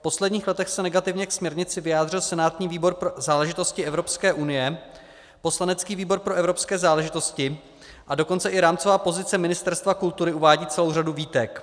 V posledních letech se k směrnici negativně vyjádřil senátní výbor pro záležitosti Evropské unie, poslanecký výbor pro evropské záležitosti, a dokonce i rámcová pozice Ministerstva kultury uvádí celou řadu výtek.